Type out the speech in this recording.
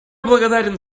благодарен